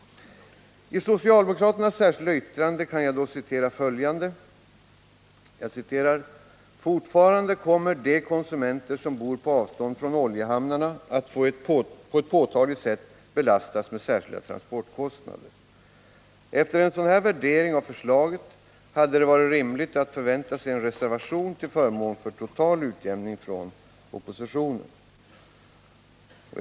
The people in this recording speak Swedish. I socialdemokraternas särskilda yttrande säger man: ”Fortfarande kommer de konsumenter som bor på avstånd från oljehamnarna att på ett påtagligt sätt belastas med särskilda transportkostnader.” Efter en sådan värdering av förslaget hade man rimligen kunnat vänta sig en reservation från oppositionen till förmån för en total utjämning.